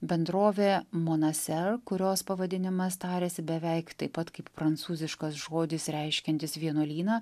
bendrovė monasphere kurios pavadinimas tariasi beveik taip pat kaip prancūziškas žodis reiškiantis vienuolyną